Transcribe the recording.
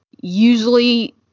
usually